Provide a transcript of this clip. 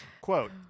Quote